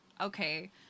okay